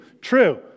True